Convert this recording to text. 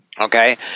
okay